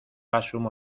asumo